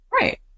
right